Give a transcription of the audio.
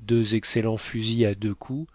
deux excellents fusil à deux coups